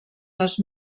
les